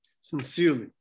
sincerely